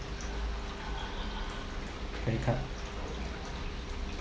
credit card